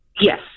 Yes